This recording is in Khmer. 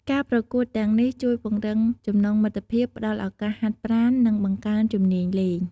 ការប្រកួតទាំងនេះជួយពង្រឹងចំណងមិត្តភាព ផ្តល់ឱកាសហាត់ប្រាណ និងបង្កើនជំនាញលេង។